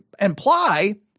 imply